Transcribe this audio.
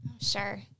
Sure